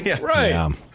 right